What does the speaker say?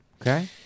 Okay